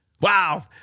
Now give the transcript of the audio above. Wow